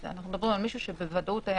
אנחנו מדברים על מישהו שבוודאות היה